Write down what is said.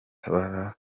hahise